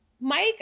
Mike